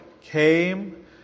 came